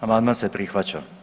Amandman se prihvaća.